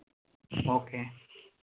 okay